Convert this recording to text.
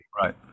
right